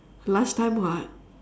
lunch time [what]